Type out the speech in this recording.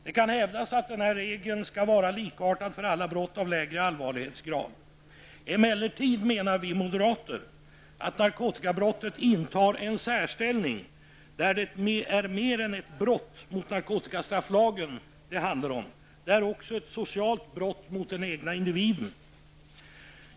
Det kan hävdas att denna regel skall vara likartad för alla brott av lägre allvarlighetsgrad. Emellertid menar vi moderater att narkotikabrottet intar en särställning. Det är mer än ett brott mot narkotikastrafflagen, det är också ett socialt brott mot den egna individen.